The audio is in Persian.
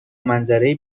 منظره